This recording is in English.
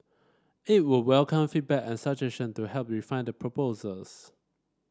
it would welcome feedback and suggestion to help refine the proposals